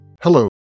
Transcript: Hello